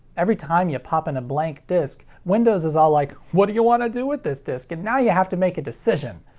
every time you pop in a blank disc, windows is all like what do you want to do with this disc? and now you have to make a decision.